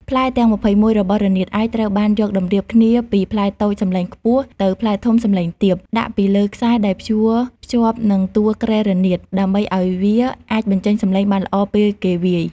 ផ្លែទាំង ២១ របស់រនាតឯក ត្រូវយកមកតម្រៀបគ្នាពីផ្លែតូចសំឡេងខ្ពស់ ទៅផ្លែធំសំឡេងទាប ដាក់ពីលើខ្សែដែលព្យួរភ្ជាប់នឹងតួគ្រែរនាត ដើម្បីឱ្យវាអាចបញ្ចេញសំឡេងបានល្អពេលគេវាយ។